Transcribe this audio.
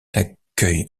accueille